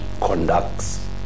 conducts